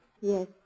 Yes